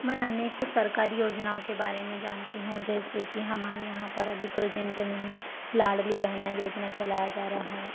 मैं अनेकों सरकारी योजनाओं के बारे में जानती हूँ जैसे कि हमारे यहाँ पर अभी प्रिजेंट में ही लाडली बहना योजना चलाया जा रहा है